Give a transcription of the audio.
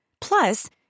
Plus